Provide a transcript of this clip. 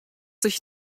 sich